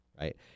Right